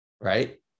Right